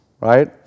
right